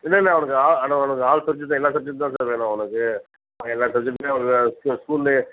இல்லை இல்லை அவனுக்கு ஆ ஆனால் அவனுக்கு ஆல் சப்ஜெட்டு தான் எல்லாம் சப்ஜெட்டுக்கும் தான் சார் வேணும் அவனுக்கு அவன் எல்லா சப்ஜெட்டுக்குமே ஸ்கூல்ல